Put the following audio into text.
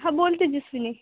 hello हां बोल तेजस्विनी